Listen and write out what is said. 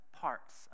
parts